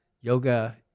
yoga